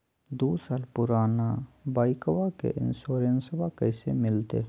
दू साल पुराना बाइकबा के इंसोरेंसबा कैसे मिलते?